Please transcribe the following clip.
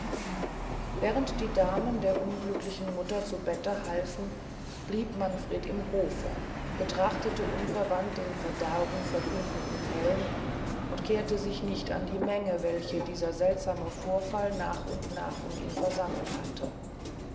während die damen der unglücklichen mutter zu bette halfen blieb manfred im hofe betrachtete unverwand den verderben verkündenden helm und kehrte sich nicht an die menge welche dieser seltsame vorfall nach und nach um ihn versammelt hatte